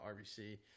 RBC